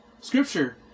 scripture